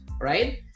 right